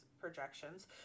projections